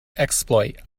exploit